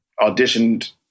auditioned